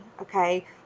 okay